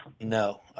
No